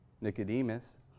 Nicodemus